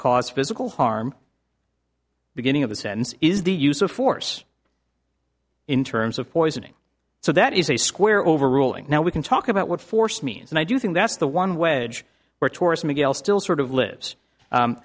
cause physical harm beginning of the sentence is the use of force in terms of poisoning so that is a square overruling now we can talk about what force means and i do think that's the one wage where tourist miguel still sort of lives